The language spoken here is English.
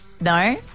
No